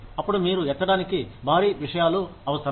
అప్పుడు మీరు ఎత్తడానికి భారీ విషయాలు అవసరం